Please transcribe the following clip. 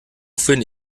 finde